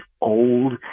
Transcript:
old